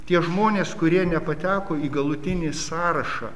tie žmonės kurie nepateko į galutinį sąrašą